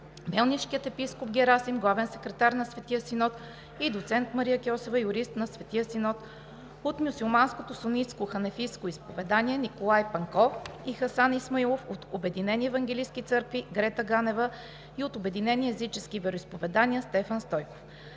Мелнишкият епископ Герасим – Главен секретар на Светия Синод, и доцент Мария Кьосева – юрист на Светия Синод; Мюсюлманско сунитско ханефитско изповедание – Николай Панков и Хасан Исмаилов; Обединени евангелски църкви – Грета Ганева; Обединени езически вероизповедания – Стефан Стойков.